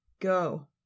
go